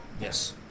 Yes